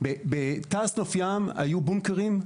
בתעש נוף ים היו בונקרים,